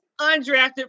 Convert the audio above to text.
undrafted